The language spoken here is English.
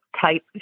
type